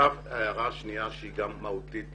ההערה השנייה שגם היא מהותית